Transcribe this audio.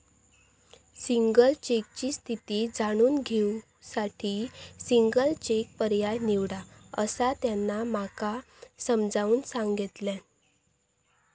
single चेकची स्थिती जाणून घेऊ साठी सिंगल चेक पर्याय निवडा, असा त्यांना माका समजाऊन सांगल्यान